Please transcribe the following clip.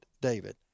David